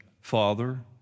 Father